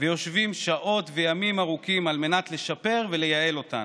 ויושבים שעות וימים ארוכים על מנת לשפר ולייעל אותן,